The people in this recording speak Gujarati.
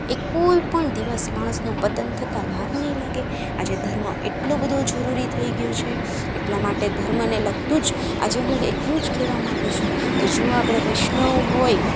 તો એ કોઈપણ દિવસ માણસનો પતન થતાં વાર નહીં લાગે આજે ધર્મ એટલો બધો જરૂરી થઈ ગયો છે એટલા માટે ધર્મને લગતું જ આજે હું એટલું જ કહેવા માગું છું કે જો આપણે વૈષ્ણવ હોય